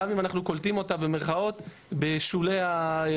גם אם אנחנו קולטים אותה בשולי האירוע.